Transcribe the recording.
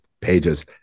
pages